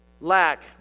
lack